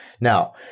Now